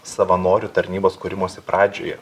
savanorių tarnybos kūrimosi pradžioje